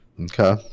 Okay